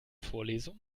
vorlesung